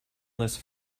list